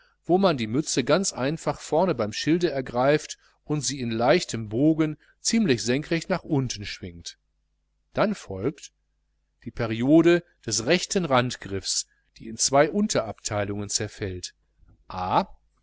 wo man die mütze ganz einfach vorn beim schild ergreift und sie in leichtem bogen ziemlich senkrecht nach unten schwingt dann folgt die periode des rechten randgriffs die in zwei unterabteilungen zerfällt